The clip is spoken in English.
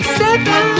seven